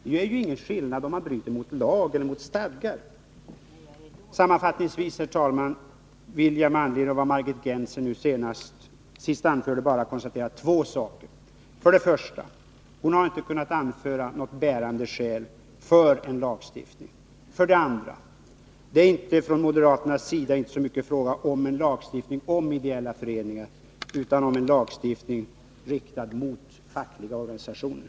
Det gör ju ingen skillnad om man bryter mot lag eller mot stadgar. Sammanfattningsvis, herr talman, vill jag med anledning av vad Margit Gennser nu senast anförde bara konstatera två saker. 1. Margit Gennser har inte kunnat anföra något bärande skäl för en lagstiftning. 2. Från moderaternas sida är det inte så mycket fråga om en lagstiftning om ideella föreningar utan om en lagstiftning riktad mot fackliga organisationer.